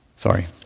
Sorry